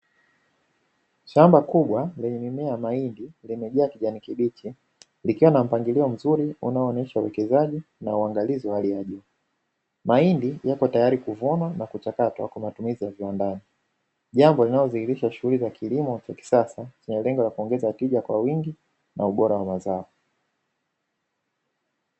Shamba kubwa lenye mimea ya mahindi yamejaa kijani kibichi, likiwa na mpangilio mzuri unaoonyesha uwekezaji na uangalizi wa hali ya juu. Mahindi yapo tayari kuvunwa na kuchakatwa kwa matumizi ya viwandani. Jambo linalodhihirisha shughuli ya kilimo cha kisasa chenye lengo la kuongeza tija kwa wingi na ubora wa mazao.